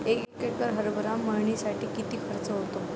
एक एकर हरभरा मळणीसाठी किती खर्च होतो?